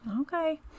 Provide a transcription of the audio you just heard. Okay